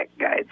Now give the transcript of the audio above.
guy's